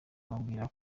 ababwira